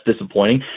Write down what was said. disappointing